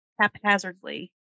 haphazardly